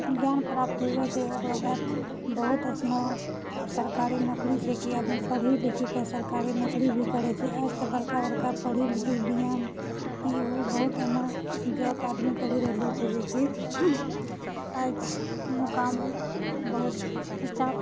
ज्ञान प्राप्त हुऐ छै ओकरा बाद बहुत अइसनो सरकारी नौकरी छै कि आदमी पढ़ि लिखीके सरकारी नौकरी भी करैत छै एसे तऽ बड़का बड़का पढ़ि लिखी कऽ डी एम ई ओ बहुत एहनो जब आदमी करि रहल छै अछ मुकाम बहुत ऊँचा